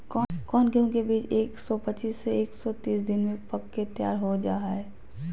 कौन गेंहू के बीज एक सौ पच्चीस से एक सौ तीस दिन में पक के तैयार हो जा हाय?